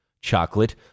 chocolate